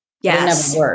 Yes